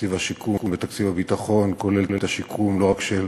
תקציב השיקום בתקציב הביטחון כולל את השיקום לא רק של